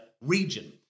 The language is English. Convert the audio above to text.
region